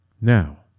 Now